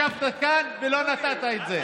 אחרי 12 שנים שאתה ישבת כאן ולא נתת את זה.